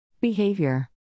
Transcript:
Behavior